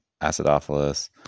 acidophilus